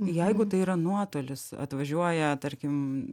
jeigu tai yra nuotolis atvažiuoja tarkim